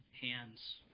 hands